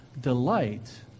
delight